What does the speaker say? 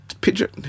Picture